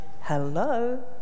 hello